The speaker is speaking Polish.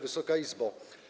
Wysoka Izbo!